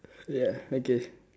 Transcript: yeah okay